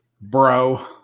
bro